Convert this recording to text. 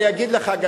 אני אגיד לך גם,